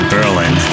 Berlin